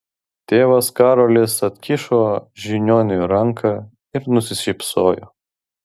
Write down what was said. tėvas karolis atkišo žiniuoniui ranką ir nusišypsojo